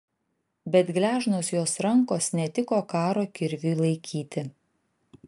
bet gležnos jos rankos netiko karo kirviui laikyti